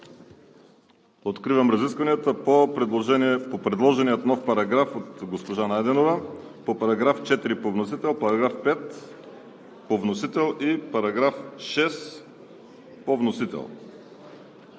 Откривам разискванията по предложения нов параграф от госпожа Найденова, по § 4 по вносител, § 5 по вносител и § 6 по вносител.